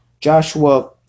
joshua